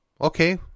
Okay